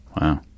Wow